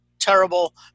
terrible